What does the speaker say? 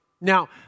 Now